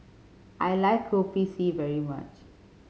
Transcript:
I like Kopi C very much